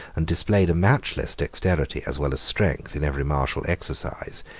and displayed a matchless dexterity, as well as strength, in every martial exercise,